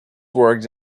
worked